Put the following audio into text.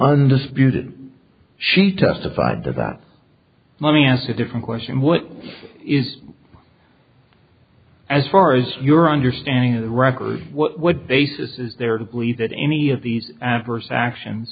undisputed she testified to that let me ask a different question what is as far as your understanding of the records what cases is there to believe that any of these adverse action